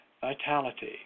vitality